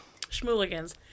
Schmooligans